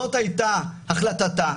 זאת הייתה החלטתה,